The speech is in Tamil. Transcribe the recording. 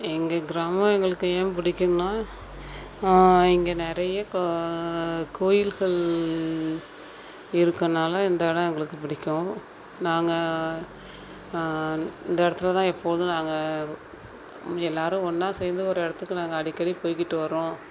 எங்கள் கிராமம் எங்களுக்கு ஏன் புடிக்கும்னா இங்கே நிறைய க கோவில்கள் இருக்கதால இந்த இடம் எங்களுக்கு பிடிக்கும் நாங்கள் இந்த இடத்துல தான் எப்போதும் நாங்கள் எல்லாரும் ஒன்றா சேர்ந்து ஒரு இடத்துக்கு நாங்கள் அடிக்கடி போய்கிட்டு வரோம்